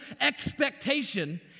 expectation